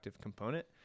component